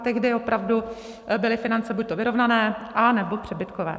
Tehdy opravdu byly finance buďto vyrovnané, anebo přebytkové.